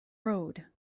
road